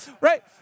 Right